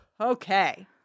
Okay